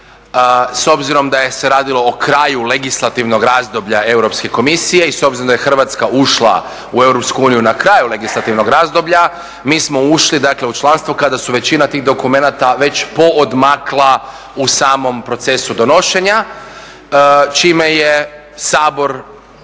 s obzirom da se radilo o kraju legislativnog razdoblja Europske komisije i s obzirom da je Hrvatska ušla u EU na kraju legislativnog razdoblja. Mi smo ušli dakle u članstvo kada su većina tih dokumenata već poodmakla u samom procesu donošenja i čime je Sabor